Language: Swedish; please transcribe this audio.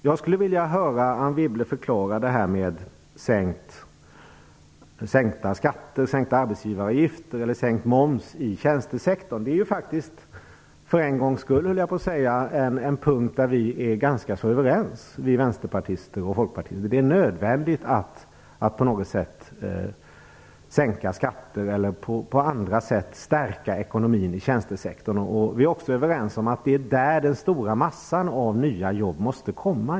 Jag skulle vilja höra henne förklara det här med sänkta skatter, sänkta arbetsgivaravgifter eller sänkt moms i tjänstesektorn. Det är ju faktiskt, för en gångs skull höll jag på att säga, en punkt där vi vänsterpartister är ganska överens med folkpartisterna. Det är nödvändigt att sänka skatterna eller att på andra sätt stärka ekonomin i tjänstesektorn. Vi är också överens om att det är i tjänstesektorn som den stora massan av nya jobb måste komma.